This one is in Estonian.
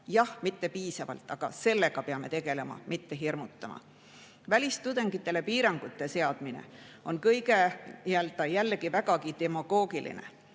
Jah, mitte piisavalt, aga sellega peame tegelema, mitte hirmutama. Välistudengitele piirangute seadmine on jällegi väga demagoogiline.